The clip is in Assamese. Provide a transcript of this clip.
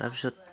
তাৰপিছত